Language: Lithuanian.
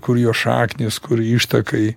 kur jo šaknys kur ištakai